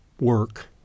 work